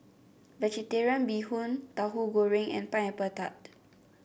vegetarian Bee Hoon Tauhu Goreng and Pineapple Tart